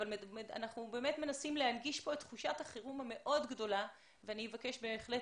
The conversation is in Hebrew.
אבל אנחנו מנסים להנגיש כאן את תחושת החירום המאוד גדולה ואני בהחלט